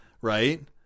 right